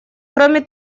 кроме